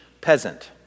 peasant